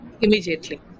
immediately